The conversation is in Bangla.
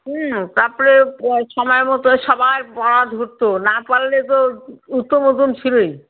হুম তারপরে সময় মতো সবার পড়া ধরতো না পারলে তো উত্তম মধ্যম ছিলোই